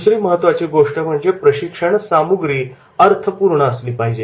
दुसरी महत्त्वाची गोष्ट म्हणजे प्रशिक्षण सामुग्री अर्थपूर्ण असली पाहिजे